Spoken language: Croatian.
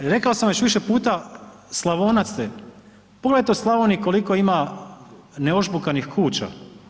Rekao sam već više puta Slavonac ste, pogledajte u Slavoniji koliko ima neožbukanih kuća.